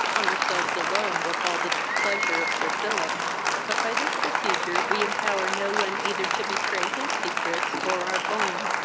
on ourselves alone will fall the displeasure of sir philip but, by this procedure, we empower no one either to betray his secrets or our own.